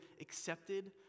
accepted